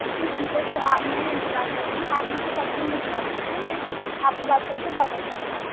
جی ٹھیک ہے تو آپ میں انتظار کر رہی ہوں آپ مجھے سبزی بھیجوا دیجیے میں آپ سے بات کر کے بہت اچھا لگا